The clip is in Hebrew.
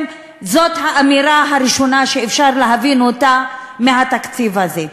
זאת האמירה הראשונה שאפשר להבין מהתקציב הזה.